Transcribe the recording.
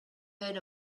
heard